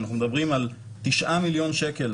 אנחנו מדברים על תשעה מיליון שקל,